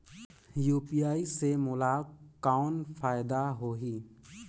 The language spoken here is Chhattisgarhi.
यू.पी.आई से मोला कौन फायदा होही?